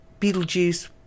Beetlejuice